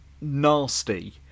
nasty